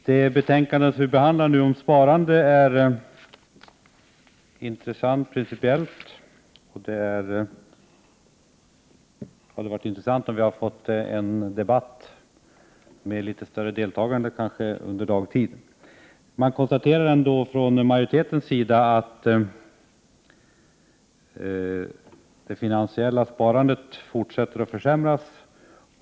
Herr talman! Det betänkande om sparande som vi nu behandlar är principiellt intressant. Det hade varit värdefullt om vi hade kunnat föra en debatt med litet större deltagande under dagtid. Från majoritetens sida 92? konstateras att det finansiella sparandet fortsätter att försämras.